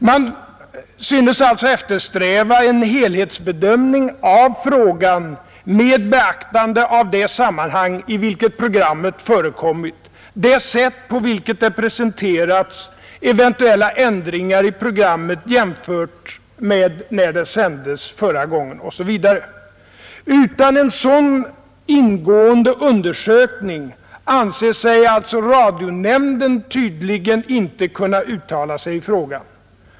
Man synes alltså eftersträva en helhetsbedömning av frågan med beaktande av det sammanhang i vilket programmet förekommit, det sätt på vilket det presenterats, eventuella ändringar i programmet jämfört med när det sändes förra gången, osv. Utan en sådan ingående undersökning anser sig alltså radionämnden tydligen inte kunna uttala sig i frågan.